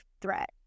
threat